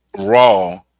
Raw